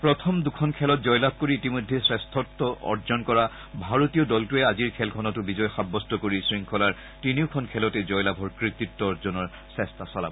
প্ৰথম দুখন খেলত জয় লাভ কৰি ইতিমধ্যে শ্ৰেষ্ঠত্ অৰ্জন কৰা ভাৰতীয় দলটোৰে আজিৰ খেলখনতো বিজয় সাব্যস্ত কৰি শৃংখলাৰ তিনিওখন খেলতে জয় লাভৰ কৃতিত্ব অৰ্জনৰ চেষ্টা চলাব